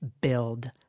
build